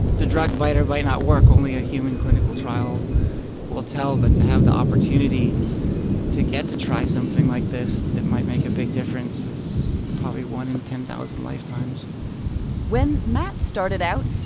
the drug might or might not work. only a human clinical trial will tell. but to have the opportunity to get to try something like this that might make a big difference is probably one in ten thousand lifetimes when matt started out,